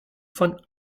von